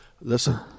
Listen